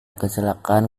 kecelakaan